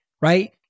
right